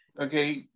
okay